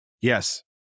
Yes